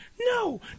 No